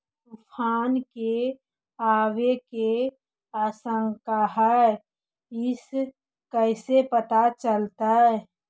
तुफान के आबे के आशंका है इस कैसे पता चलतै?